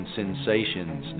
sensations